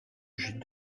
j’ai